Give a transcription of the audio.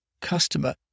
Customer